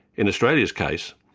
in australia's case,